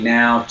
now